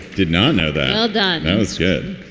did not know that that was good.